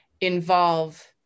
involve